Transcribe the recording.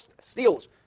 steals